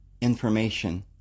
information